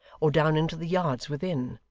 or down into the yards within.